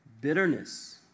bitterness